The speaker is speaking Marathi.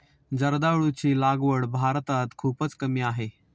जर्दाळूची लागवड भारतात खूपच कमी आहे